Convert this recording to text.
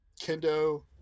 kendo